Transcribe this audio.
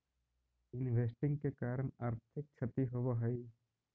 investing के कारण आर्थिक क्षति होवऽ हई